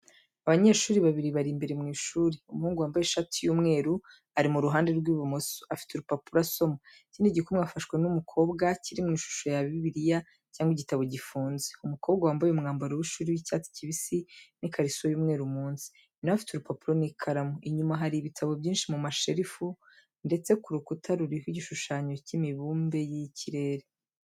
Abanyeshuri babiri bari imbere mu ishuri. Umuhungu wambaye ishati y’umweru ari mu ruhande rw’ibumoso, afite urupapuro asoma, ikindi gikumwe afashe n’umukobwa, kiri mu ishusho ya bibiliya cyangwa igitabo gifunze. Umukobwa wambaye umwambaro w’ishuri w’icyatsi kibisi n’ikariso y’umweru munsi, nawe afite urupapuro n’ikaramu. Inyuma hari ibitabo byinshi mu masherufu, ndetse ku rukuta ruriho igishushanyo cy’imibumbe y’ikirere.